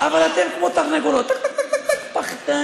אבל אתם כמו תרנגולות: טק, טק, טק, פחדנים.